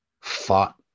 fought